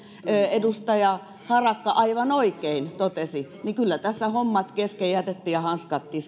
edustaja harakka aivan oikein totesi kyllä tässä hommat kesken jätettiin ja hanskat tiskiin